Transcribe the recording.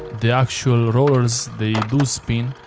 the actual rollers. they do spin.